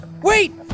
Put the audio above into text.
Wait